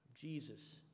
Jesus